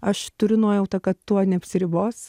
aš turiu nuojautą kad tuo neapsiribos